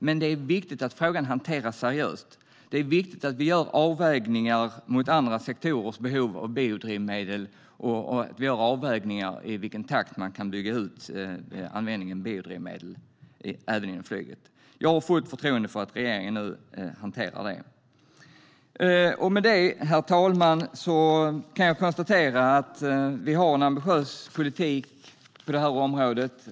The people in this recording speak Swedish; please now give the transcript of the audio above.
Men det är viktigt att den hanteras seriöst och att avvägningar görs mot andra sektorers behov av biodrivmedel och i vilken takt användningen av biodrivmedel kan byggas ut även inom flyget. Det har jag fullt förtroende för att regeringen nu hanterar. Med det, herr talman, kan jag konstatera att vi har en ambitiös politik på detta område.